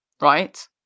Right